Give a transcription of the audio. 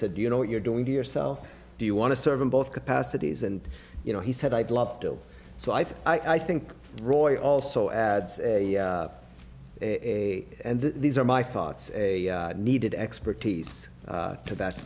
said you know what you're doing to yourself do you want to serve in both capacities and you know he said i'd love to so i think i think roy also adds and these are my thoughts a needed expertise